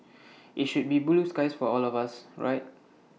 IT should be blue skies for all of us right